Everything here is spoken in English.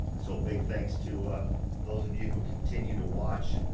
so big thanks to those of you who continue to watch